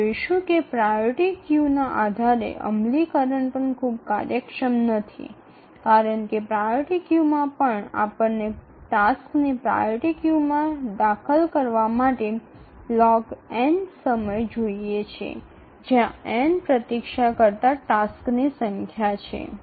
আমরা দেখতে পাব অগ্রাধিকারের সারির উপর ভিত্তি করে বাস্তবায়নও খুব কার্যকর নয় কারণ একটি অগ্রাধিকার সারিতে একটি কার্য সন্নিবেশ করার জন্য log সময় প্রয়োজন যেখানে অপেক্ষার কাজটি সংখ্যা হল n